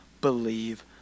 believe